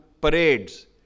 parades